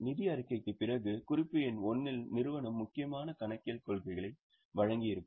நிதி அறிக்கைக்குப் பிறகு குறிப்பு எண் 1 இல் நிறுவனம் முக்கியமான கணக்கியல் கொள்கைகளை வழங்கியிருக்கும்